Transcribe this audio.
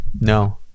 No